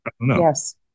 Yes